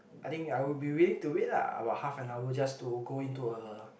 I think I would be willing to wait lah about half an hour just to go into a